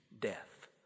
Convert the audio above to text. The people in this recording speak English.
death